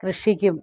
കൃഷിക്കും